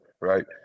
right